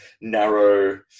narrow